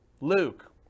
Luke